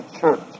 church